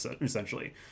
essentially